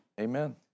Amen